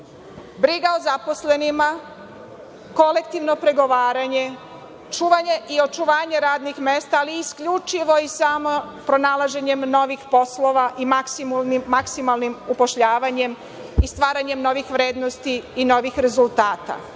Briga o zaposlenima, kolektivno pregovaranje, čuvanje i očuvanje radnih mesta, ali isključivo i samo pronalaženjem novih poslova i maksimalnim upošljavanjem i stvaranjem novih vrednosti i novih rezultata,